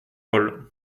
paul